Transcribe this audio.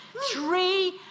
Three